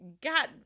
god